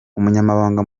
umunyamabanga